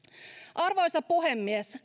arvoisa puhemies